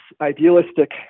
idealistic